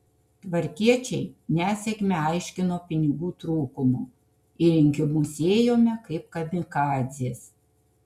tvarkiečiai nesėkmę aiškino pinigų trūkumu į rinkimus ėjome kaip kamikadzės